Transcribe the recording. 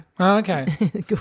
Okay